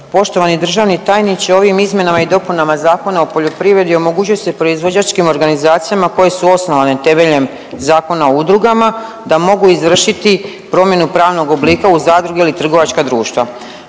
Poštovani državni tajniče ovim izmjenama i dopunama Zakona o poljoprivredi omogućit će se proizvođačkim organizacijama koje su osnovane temeljem Zakona o udrugama, da mogu izvršiti promjenu pravnog oblika u zadruge ili trgovačka društva.